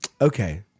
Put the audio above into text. Okay